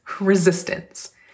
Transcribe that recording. resistance